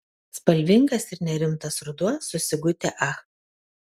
spalvingas ir nerimtas ruduo su sigute ach